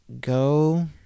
go